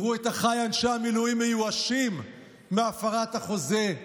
תראו את אחיי אנשי המילואים מיואשים מהפרת החוזה.